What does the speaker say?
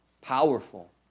powerful